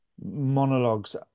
monologues